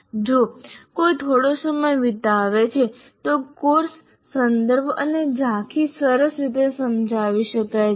જો કોઈ થોડો સમય વિતાવે છે તો કોર્સ સંદર્ભ અને ઝાંખી સરસ રીતે સમજાવી શકાય છે